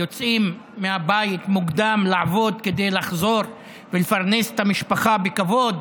יוצאים מהבית מוקדם לעבוד כדי לחזור ולפרנס את המשפחה בכבוד,